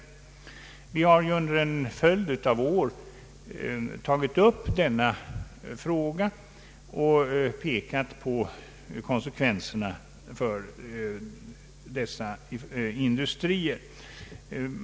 Vi har under en följd av år tagit upp denna fråga och pekat på konsekvenserna för dessa industrier.